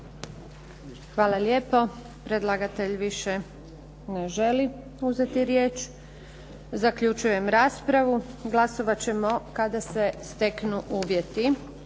Hvala lijepo. Predlagatelj više ne želi uzeti riječ. Zaključujem raspravu. Glasovati ćemo kada se steknu uvjeti.